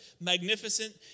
magnificent